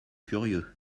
curieux